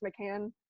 McCann